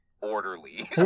orderly